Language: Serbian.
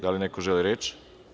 Da li neko želi reč?